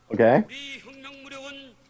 Okay